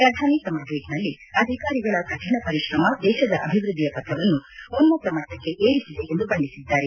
ಪ್ರಧಾನಿ ತಮ್ಮ ಟ್ವೀಟ್ನಲ್ಲಿ ಅಧಿಕಾರಿಗಳ ಕಠಿಣ ಪರಿಶ್ರಮ ದೇಶದ ಅಭಿವೃದ್ದಿಯ ಪಥವನ್ನು ಉನ್ನತ ಮಟ್ಟಕ್ಕೆ ಏರಿಸಿದೆ ಎಂದು ಬಣ್ಣಿಸಿದ್ದಾರೆ